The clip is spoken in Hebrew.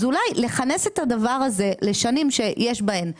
אז אולי לכנס את הדבר הזה לשנים שיש בהן בחירות,